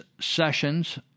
sessions